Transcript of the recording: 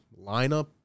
lineup